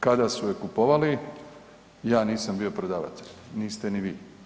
Kada su je kupovali, ja nisam bio prodavatelj, niste ni vi.